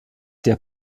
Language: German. der